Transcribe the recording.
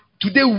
today